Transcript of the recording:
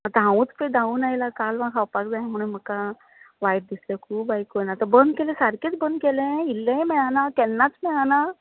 आतां हांवूच पळय धावन आयलां कालवां खावपाक जाय म्हणू म्हाका वायट दिसता खूब वायट दिसलें बंद केलें ते सारकेंच बंद केलें इल्लेंय मेळाना केन्नाच मेळाना